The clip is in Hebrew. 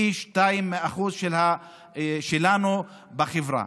פי שניים מהאחוז שלנו בחברה.